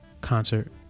concert